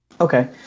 Okay